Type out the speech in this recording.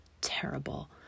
terrible